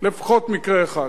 לפחות מקרה אחד.